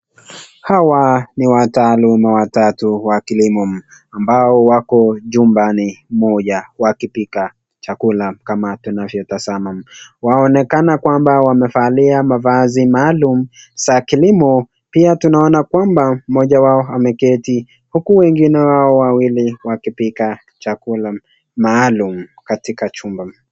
Hawa ni wataaluma watatu wa kilimo ambao wako chumbani moja wakipika chakula kama tunavyotazama. Waonekana kwamba wamevalia mavazi maalum za kilimo pia tunaona kwamba mmoja wao ameketi, huku wengine hao wawili wakipika chakula maalum katika chumba.